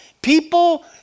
People